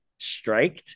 striked